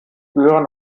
gehören